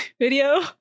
video